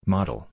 Model